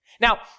Now